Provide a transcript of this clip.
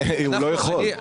הוא לא יכול.